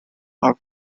are